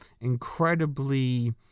incredibly